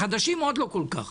החדשים עוד לא כל כך.